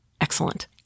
Excellent